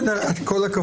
כל הכבוד.